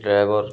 driver